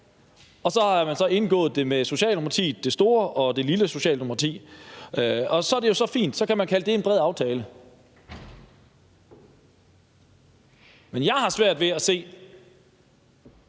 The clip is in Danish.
Og så har man så indgået den med Socialdemokratiet – det store og det lille Socialdemokrati. Og så er det jo fint – så kan man kalde det en bred aftale. Men jeg har svært ved at se,